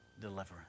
deliverance